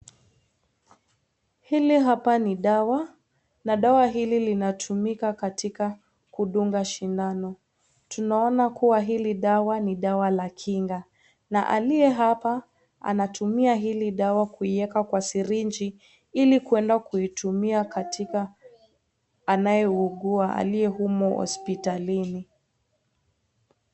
Hili hapa ni dawa na dawa hili linatumika katika kudunga shindano, tunaona kuwa hili dawa ni dawa la kinga na aliye hapa anatumia hili dawa kuieka katika sirinji ili kuenda kuitumia katika anayeugua qliye humour hospitalini.